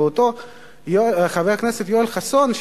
ואותו חבר כנסת יואל חסון,